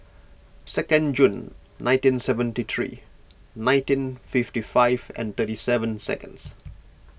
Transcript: second June nineteen seventy three nineteen fifty five and thirty seven second